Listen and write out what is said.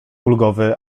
ulgowy